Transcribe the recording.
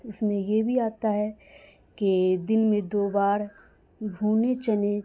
اس میں یہ بھی آتا ہے کہ دن میں دو بار بھنے چنے